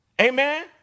Amen